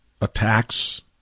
attacks